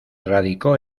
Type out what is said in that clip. radicó